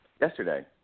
yesterday